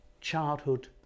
childhood